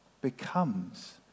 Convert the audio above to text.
becomes